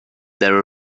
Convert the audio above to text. there